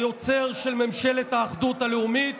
ליוצר של ממשלת האחדות הלאומית,